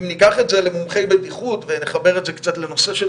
אם ניקח את זה למומחי בטיחות ונחבר את זה קצת לנושא של